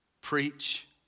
preach